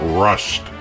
rust